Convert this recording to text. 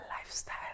lifestyle